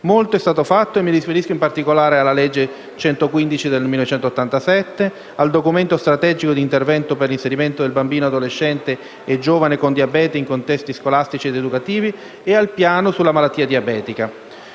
molto è stato fatto, e mi riferisco in particolare alla legge n. 115 del 1987, al «Documento strategico di intervento per l'inserimento del bambino, adolescente e giovane con diabete in contesti scolastici ed educativi» e al «Piano sulla malattia diabetica».